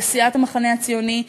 וסיעת המחנה הציוני,